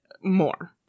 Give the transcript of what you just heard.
more